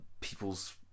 people's